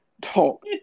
talk